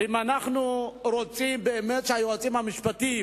אם אנחנו רוצים באמת שהיועצים המשפטיים